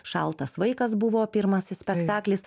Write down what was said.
šaltas vaikas buvo pirmasis spektaklis